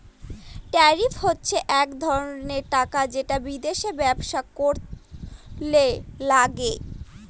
tariff হচ্ছে এক ধরনের টাকা যেটা বিদেশে ব্যবসা করলে লাগে